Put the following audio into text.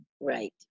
Right